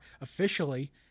officially